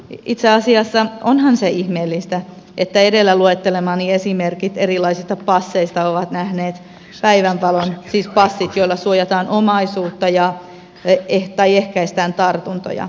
itse asiassa onhan se ihmeellistä että edellä luettelemani esimerkit erilaisista passeista ovat nähneet päivänvalon siis passit joilla suojataan omaisuutta tai ehkäistään tartuntoja